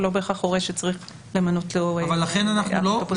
הוא לא בהכרח הורה שצריך למנות להורה אפוטרופוס לדין,